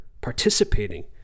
participating